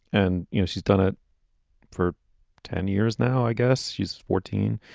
and, you know, she's done it for ten years now. i guess she's fourteen.